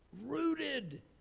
rooted